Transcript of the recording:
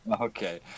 Okay